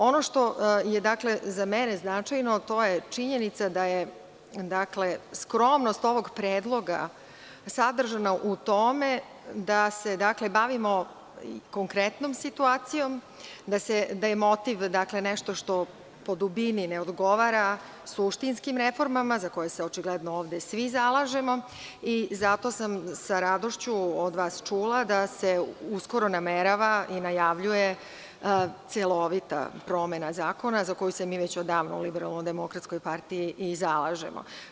Ono što je, dakle, za mene značajno, to je činjenica da je skromnost ovog predloga sadržana u tome da se bavimo konkretnom situacijom, da je motiv nešto što po dubini ne odgovara suštinskim reformama za koje se ovde očigledno svi zalažemo i zato sam sa radošću od vas čula da se uskoro namerava i najavljuje celovita promena zakona, za koju se mi već odavno u Liberalnodemokratskoj partiji zalažemo.